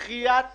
לאפשר לעשות